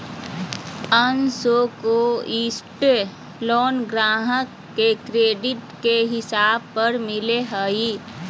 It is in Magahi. अनसेक्योर्ड लोन ग्राहक के क्रेडिट के हिसाब पर मिलो हय